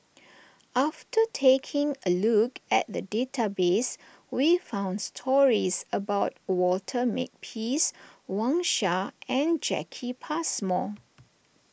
after taking a look at the database we found stories about Walter Makepeace Wang Sha and Jacki Passmore